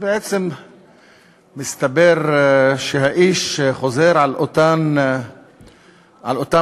ובעצם מסתבר שהאיש חוזר על אותם טיעונים